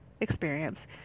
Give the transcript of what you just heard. experience